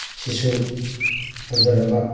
ꯁꯤꯁꯨ ꯐꯖꯔꯕ